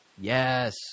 Yes